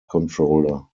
controller